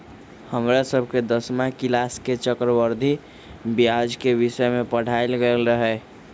हमरा सभके दसमा किलास में चक्रवृद्धि ब्याज के विषय में पढ़ायल गेल रहै